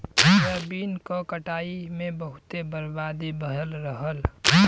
soybean क कटाई में बहुते बर्बादी भयल रहल